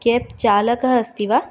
cap चालकः अस्ति वा